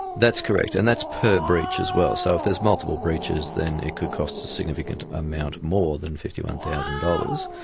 that's correct, and that's per breach as well. so if there's multiple breaches then it could cost a significant amount more than fifty one thousand dollars.